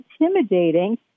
intimidating